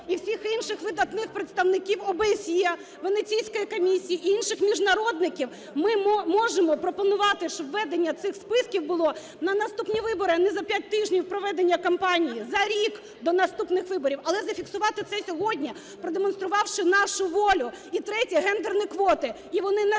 і всіх інших видатних представників ОБСЄ, Венеційської комісії і інших міжнародників, ми можемо пропонувати, щоб введення цих списків було на наступні вибори, а не за 5 тижнів проведення кампанії, за рік до наступних виборів. Але зафіксувати це сьогодні, продемонструвавши нашу волю. І третє – ґендерні квоти.